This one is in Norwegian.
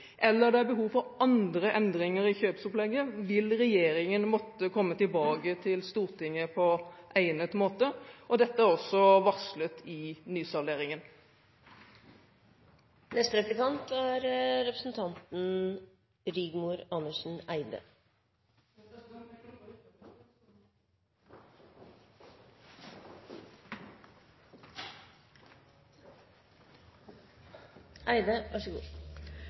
eller det er behov for andre endringer i kjøpsopplegget, vil regjeringen måtte komme tilbake til Stortinget på egnet måte. Dette er også varslet i nysalderingen. En av de tingene jeg synes er